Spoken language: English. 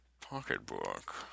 pocketbook